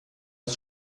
als